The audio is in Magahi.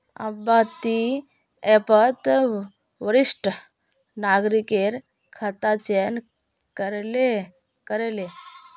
अब्बा ती ऐपत वरिष्ठ नागरिकेर खाता चयन करे ले